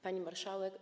Pani Marszałek!